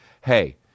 Hey